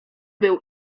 był